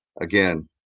again